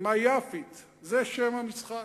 "מה יפית" זה שם המשחק.